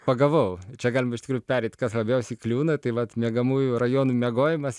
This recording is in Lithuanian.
pagavau čia galima iš tikrųjų pereit kas labiausiai kliūna tai vat miegamųjų rajonų miegojimas